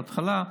בהתחלה,